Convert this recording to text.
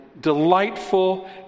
delightful